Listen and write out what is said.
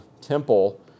temple